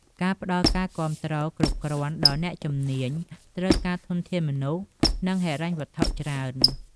ការផ្តល់ការគាំទ្រគ្រប់គ្រាន់ដល់អ្នកជំនាញ ត្រូវការធនធានមនុស្ស និងហិរញ្ញវត្ថុច្រើន។